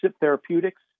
Therapeutics